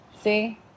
See